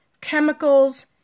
chemicals